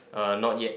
uh not yet